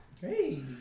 Hey